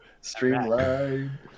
Streamline